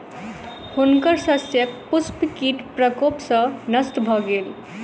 हुनकर शस्यक पुष्प कीट प्रकोप सॅ नष्ट भ गेल